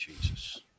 Jesus